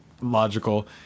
logical